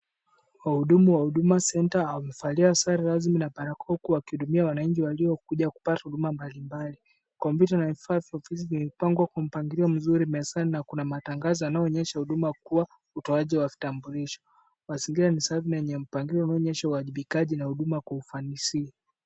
Wahudumu wa huduma center wamevalia sare rasmi na barakoa huku wakihudumia wanainchi waliokuja kupata hudumu mbalimbali. Kompyuta na vifaa imepangwa Kwa mpangilio mzuri mezani na kuna matangazo yanayoonyesha huduma kuwa utoaji wa kitambulisho, mazingira ni safi na yenye mpangilio inayoonyesha uwajibikaji na huduma Kwa ufanisi.